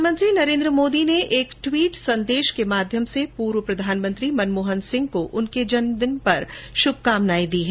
प्रधानमंत्री नरेन्द्र मोदी ने एक ट्वीट संदेश के माध्यम से पूर्व प्रधानमंत्री मनमोहन सिंह को उनके जन्मदिन पर शुभकामनाएं दी है